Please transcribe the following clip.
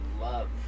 love